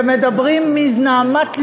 ומדברים מנהמת לבם,